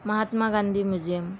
Mahatma Gandhi museum